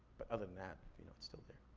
but other than that, you know it's still there.